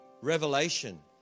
revelation